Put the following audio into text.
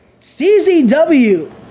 CZW